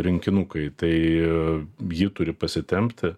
rinkinukai tai ji turi pasitempti